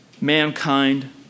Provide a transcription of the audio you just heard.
mankind